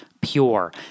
pure